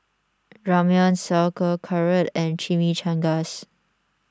Ramyeon Sauerkraut and Chimichangas